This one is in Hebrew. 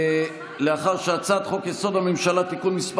לאחר שהצעת חוק-יסוד: הממשלה (תיקון מס'